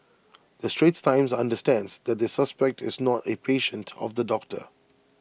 the straits times understands that the suspect is not A patient of the doctor